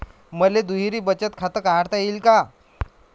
मले दुहेरी बचत खातं काढता येईन का?